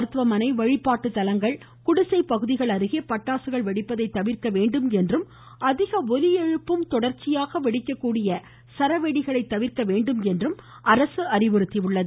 மருத்துவமனை வழிபாட்டு தலங்கள் குடிசைப்பகுதிகள் அருகே பட்டாசுகள் வெடிப்பதை தவிர்க்க வேண்டும் என்றும் அதிக ஒலி எழுப்பும் தொடர்ச்சியாக வெடிக்கக்கூடிய சரவெடிகளை தவிர்க்க வேண்டும் என்றும் அரசு அறிவுறுத்தியுள்ளது